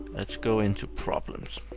let's go into problems,